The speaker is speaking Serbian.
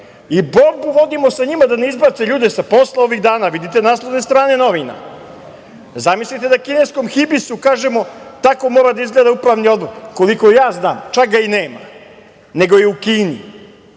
država, sa njima da ne izbace ljude sa posla ovih dana, vidite naslovne strane novina. Zamislite da kineskom „Hibisu“ kažemo – tako mora da izgleda upravni odbor, koliko ja znam, čak ga i nema nego je u Kini